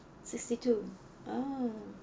sixty-two ah